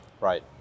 Right